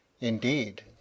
indeed